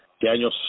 Daniel